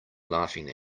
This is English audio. laughing